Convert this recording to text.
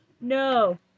no